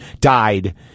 died